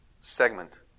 segment